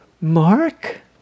Mark